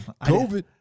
COVID